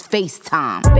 FaceTime